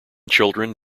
children